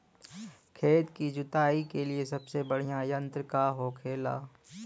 खेत की जुताई के लिए सबसे बढ़ियां यंत्र का होखेला?